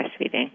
breastfeeding